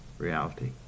reality